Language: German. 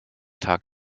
tag